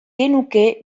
genuke